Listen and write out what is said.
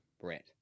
Brett